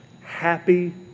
happy